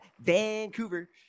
Vancouver